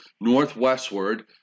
northwestward